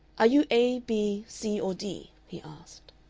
are you a, b, c, or d? he asked.